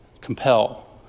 compel